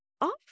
offer